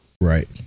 Right